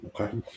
okay